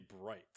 bright